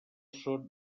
són